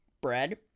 bread